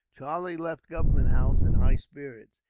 charlie left government house in high spirits.